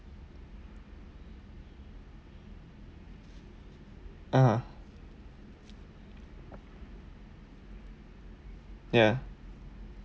(uh huh) ya